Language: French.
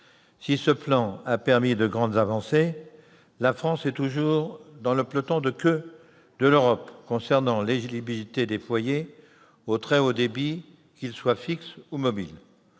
Si ce plan a permis de grandes avancées, la France est toujours dans le peloton de queue de l'Europe concernant l'éligibilité des foyers au très haut débit, qu'il soit fixe ou mobile.